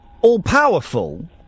all-powerful